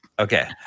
Okay